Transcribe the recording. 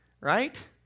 right